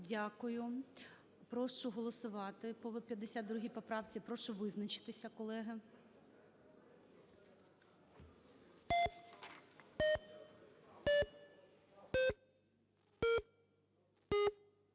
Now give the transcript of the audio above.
Дякую. Прошу голосувати по 52 поправці. Прошу визначитися, колеги.